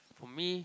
for me